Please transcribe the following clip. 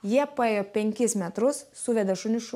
jie paėjo penkis metrus suvedė šunis šuo